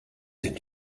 denn